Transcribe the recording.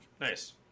Nice